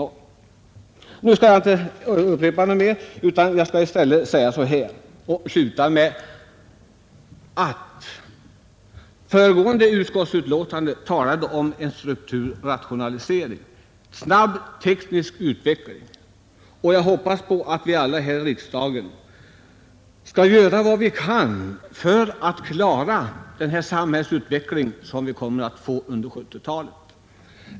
Emellertid skall jag inte upprepa mera utan vill sluta mitt anförande med att säga följande. I det föregående utskottsbetänkandet talades om en strukturrationalisering och en snabb teknisk utveckling. Jag hoppas att vi alla här i riksdagen skall göra vad vi kan för att klara den samhällsutveckling som kan väntas under 1970-talet.